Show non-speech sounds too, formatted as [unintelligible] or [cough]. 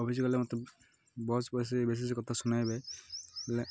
office ଗଲେ ମତେ bus [unintelligible] ବେଶୀ କଥା ଶୁଣାଇବେ ହେଲେ